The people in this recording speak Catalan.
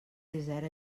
desert